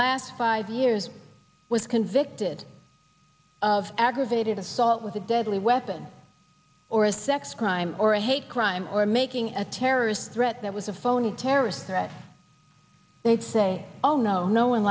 last five years was convicted of aggravated assault with a deadly weapon or a sex crime or a hate crime or making a terrorist threat that was a phony terror threat they'd say oh no no one